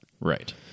Right